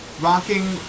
rocking